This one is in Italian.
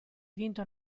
vinto